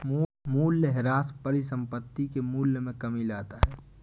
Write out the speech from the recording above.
मूलयह्रास परिसंपत्ति के मूल्य में कमी लाता है